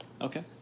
Okay